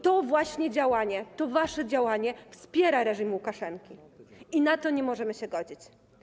To właśnie działanie, to wasze działanie wspiera reżim Łukaszenki, i na to nie możemy się godzić.